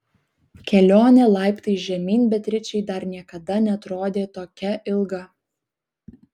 kelionė laiptais žemyn beatričei dar niekada neatrodė tokia ilga